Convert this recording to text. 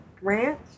ranch